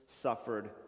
suffered